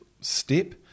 step